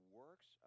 works